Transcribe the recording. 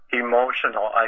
emotional